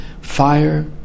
Fire